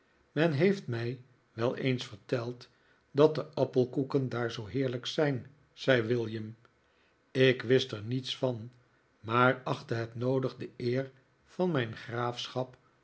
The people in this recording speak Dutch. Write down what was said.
men heeft mij wel eens verteld dat de appelkoeken daar zoo heerlijk zijn zei william ik wist er niets van maar achtte het noodig de eer van mijn graafschap